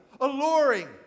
alluring